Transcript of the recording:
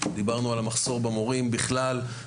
דיברנו על מחסור במורים בכלל,